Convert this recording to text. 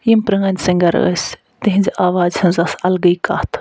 یِم پرٲنۍ سِنگر ٲسۍ تِہٕنٛزِ آوازِ ہٕنٛز ٲس الگے کتھ